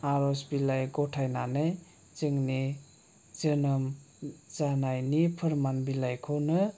आर'ज बिलाइ गथायनानै जोंनि जोनोम जानायनि फोरमान बिलाइखौनो